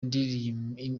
ibirindiro